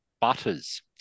Butters